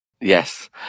Yes